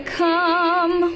come